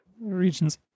regions